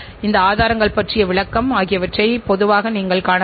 நிச்சயமாக நாம் வணிக நோக்கங்களை அடைய முடியும் என்று உறுதியாகக் கூறலாம்